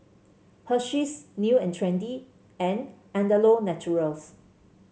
Hersheys New And Trendy and Andalou Naturals